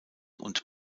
und